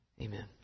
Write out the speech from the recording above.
Amen